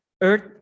earth